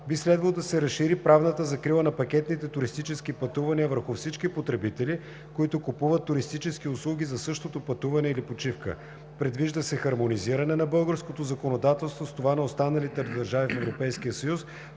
Би следвало да се разшири правната закрила на пакетните туристически пътувания върху всички потребители, които купуват туристически услуги за същото пътуване или почивка. Предвижда се хармонизиране на българското законодателство с това на останалите държави в